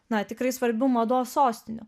na tikrai svarbių mados sostinių